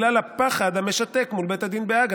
בגלל הפחד המשתק מול בית הדין בהאג.